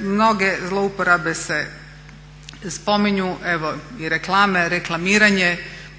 Mnoge zlouporabe se spominju, evo i reklame, reklamiranje.